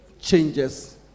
changes